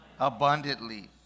Abundantly